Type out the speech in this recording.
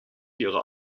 ihrer